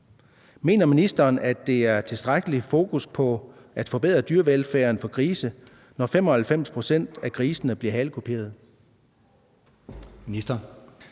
Mener ministeren, at det er et tilstrækkeligt fokus på at forbedre dyrevelfærden for grise, når 95 pct. af grisene bliver halekuperet? Kl.